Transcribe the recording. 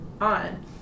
on